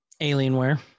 Alienware